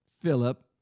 Philip